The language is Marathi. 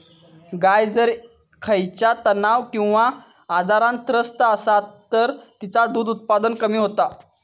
गाय जर खयच्या तणाव किंवा आजारान त्रस्त असात तर तिचा दुध उत्पादन कमी होता